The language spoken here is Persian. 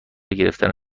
گرفتن